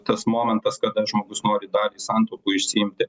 tas momentas kada žmogus nori dalį santaupų išsiimti